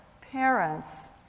parents